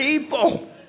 people